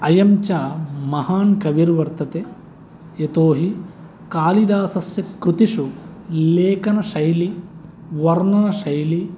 अयञ्च महान् कविर्वर्तते यतोहि कालिदासस्य कृतिषु लेखनशैली वर्णनशैली